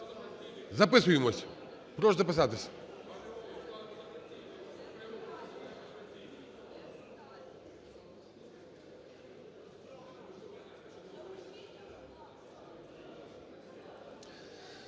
записуємось. Прошу записатись.